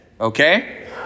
Okay